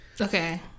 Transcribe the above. okay